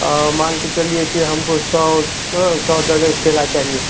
अँ मान के चलिए की हमको सौ सौ दर्जन केला चाहिए